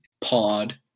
pod